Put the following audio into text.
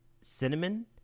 cinnamon